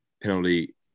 Penalty